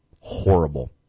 Horrible